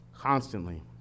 constantly